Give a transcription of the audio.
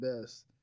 best